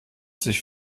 sich